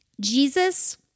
Jesus